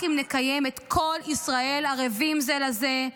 אם נקיים את "כל ישראל ערבים זה לזה",